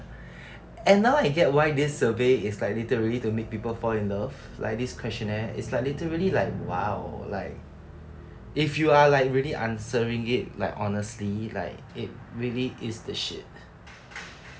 and now I get why this survey is like literally to make people fall in love like this questionnare is like literally like !wow! like if you're like really answering it like honestly like it really is the shit